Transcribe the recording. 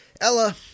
Ella